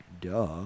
duh